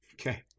Okay